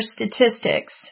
statistics